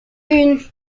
une